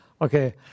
Okay